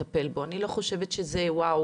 זה אותם אלו שבאמת נמצאים במצב קשה, כולם.